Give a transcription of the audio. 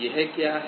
यह क्या है